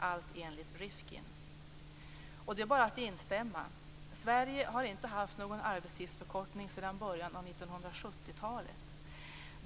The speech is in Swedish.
Allt enligt Det är bara att instämma. Sverige har inte haft någon arbetstidsförkortning sedan början av 1970-talet.